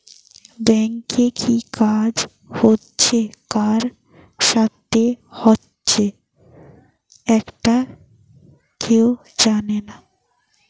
ব্যাংকে কি কাজ হচ্ছে কার সাথে হচ্চে একটা কেউ জানে না